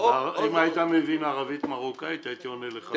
אם היית מבין ערבית מרוקאית, הייתי עונה לך.